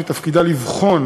שתפקידה לבחון